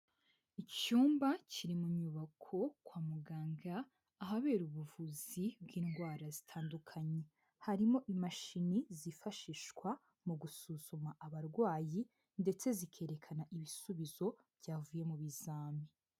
Icyumba kiri mu nyubako kwa muganga, ahabera ubuvuzi bw'indwara zitandukanye, harimo imashini zifashishwa mu gusuzuma abarwayi ndetse zikerekana ibisubizo byavuye mu bizami.